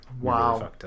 wow